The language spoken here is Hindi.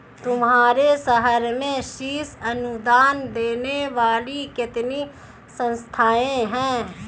तुम्हारे शहर में शीर्ष अनुदान देने वाली कितनी संस्थाएं हैं?